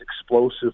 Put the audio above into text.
explosive